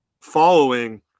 following